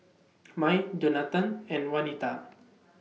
Mai Jonatan and Wanita